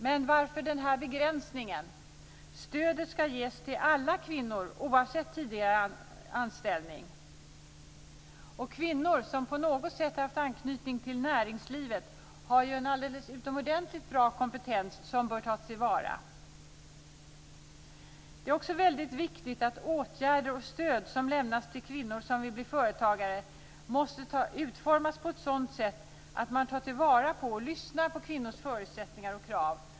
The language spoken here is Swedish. Men varför denna begränsning? Stödet skall ges till alla kvinnor, oavsett tidigare anställning. Kvinnor som på något sätt haft anknytning till näringslivet har ju en alldeles utomordentligt bra kompetens som bör tas tillvara. Det är också väldigt viktigt att åtgärder och stöd som lämnas till kvinnor som vill bli företagare måste utformas på ett sådant sätt att man tar tillvara och lyssnar på kvinnors förutsättningar och krav.